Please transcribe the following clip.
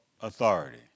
authority